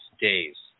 days